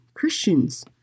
Christians